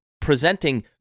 presenting